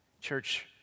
Church